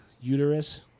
uterus